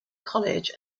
college